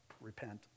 repent